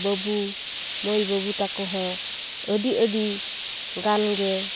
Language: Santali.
ᱵᱟᱹᱵᱩ ᱢᱟᱹᱭ ᱵᱟᱹᱵᱩ ᱛᱟᱠᱚ ᱦᱚᱸ ᱟᱹᱰᱤ ᱟᱹᱰᱤ ᱜᱟᱱᱜᱮ